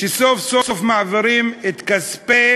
שסוף-סוף מעבירים את כספי